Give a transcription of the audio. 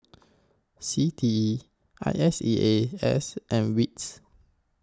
C T E I S E A S and WITS